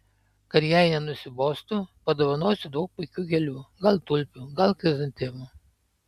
kad jai nenusibostų padovanosiu daug puikių gėlių gal tulpių gal chrizantemų